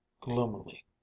gloomily